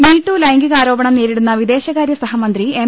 me too ലൈംഗിക ആരോപണം നേരിടുന്ന വിദേശ കാര്യ സഹമന്ത്രി എം